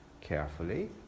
carefully